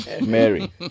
Mary